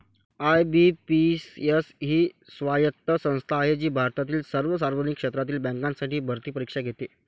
IBPS ही स्वायत्त संस्था आहे जी भारतातील सर्व सार्वजनिक क्षेत्रातील बँकांसाठी भरती परीक्षा घेते